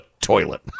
toilet